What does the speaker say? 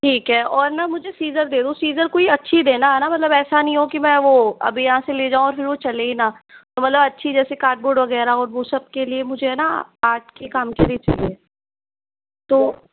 ठीक है और ना मुझे सिज़र दे दो सिज़र कोई अच्छी देना है ना मतलब ऐसा नहीं हो कि मैं वो अभी यहाँ से ले जाऊँ और फिर वो चले ही ना तो मतलब अच्छी जैसे कार्डबोर्ड वगैरह और वो सब के लिए मुझे है ना आर्ट के काम के लिए चाहिए तो